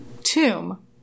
tomb